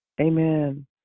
Amen